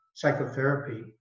psychotherapy